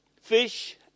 fish